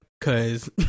cause